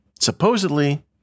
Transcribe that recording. Supposedly